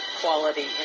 quality